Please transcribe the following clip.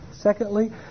Secondly